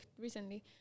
recently